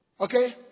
Okay